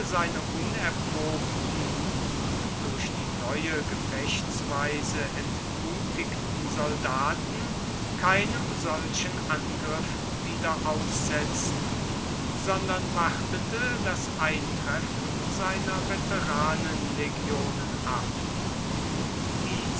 seine unerprobten und durch die neue gefechtsweise entmutigten soldaten keinem solchen angriff wieder aussetzen sondern wartete das eintreffen seiner veteranenlegionen ab die